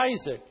Isaac